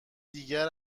دیگر